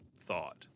thought